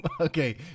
Okay